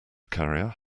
carrier